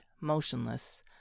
motionless